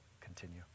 continue